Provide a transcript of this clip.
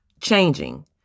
changing